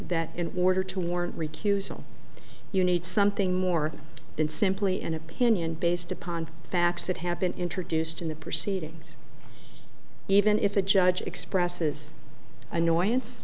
that in order to warrant recusal you need something more than simply an opinion based upon facts that have been introduced in the proceedings even if a judge expresses annoyance